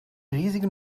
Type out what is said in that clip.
riesigen